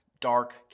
dark